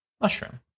mushroom